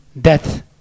death